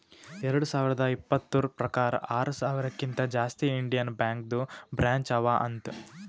ಎರಡು ಸಾವಿರದ ಇಪ್ಪತುರ್ ಪ್ರಕಾರ್ ಆರ ಸಾವಿರಕಿಂತಾ ಜಾಸ್ತಿ ಇಂಡಿಯನ್ ಬ್ಯಾಂಕ್ದು ಬ್ರ್ಯಾಂಚ್ ಅವಾ ಅಂತ್